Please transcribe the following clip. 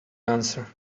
answer